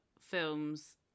films